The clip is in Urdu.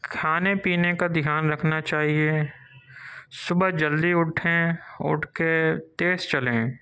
کھانے پینے کا دھیان رکھنا چاہیے صبح جلدی اٹھیں اٹھ کے تیز چلیں